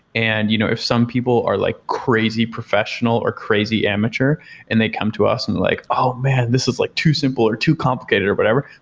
and you know if some people are like crazy professional or crazy amateur and they come to us and like, oh man! this is like too simple or too complicated or whatever,